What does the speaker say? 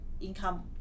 income